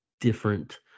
different